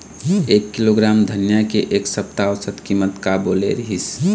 एक किलोग्राम धनिया के एक सप्ता औसत कीमत का बोले रीहिस?